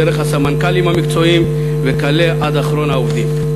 דרך הסמנכ"לים המקצועיים וכלה באחרון העובדים.